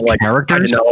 characters